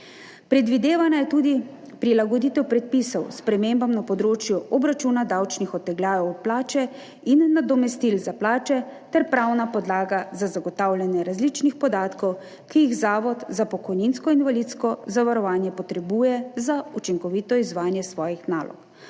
Predvidevana je tudi prilagoditev predpisov spremembam na področju obračuna davčnih odtegljajev plače in nadomestil za plače ter pravna podlaga za zagotavljanje različnih podatkov, ki jih Zavod za pokojninsko in invalidsko zavarovanje potrebuje za učinkovito izvajanje svojih nalog.